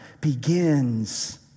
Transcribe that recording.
begins